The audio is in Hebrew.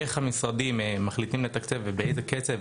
איך המשרדים מחליטים לתקצב ובאיזה קצב,